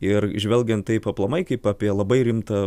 ir žvelgiant taip aplamai kaip apie labai rimtą